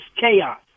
chaos